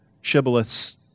shibboleths